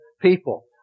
people